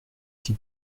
qui